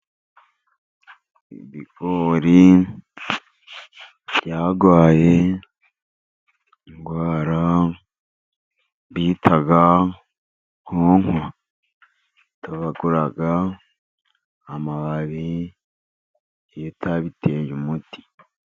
Ibigori byarwaye indwara bita nkongwa. Itobagura amababi iyo utabiteye umuti.